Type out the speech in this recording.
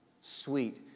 sweet